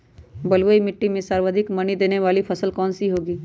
बलुई मिट्टी में सर्वाधिक मनी देने वाली फसल कौन सी होंगी?